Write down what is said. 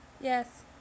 yes